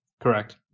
correct